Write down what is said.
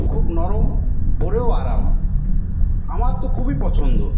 খুব নরম পড়েও আরাম আমার তো খুবই পছন্দ